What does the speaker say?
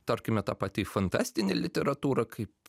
tarkime ta pati fantastinė literatūra kaip